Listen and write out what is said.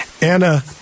Anna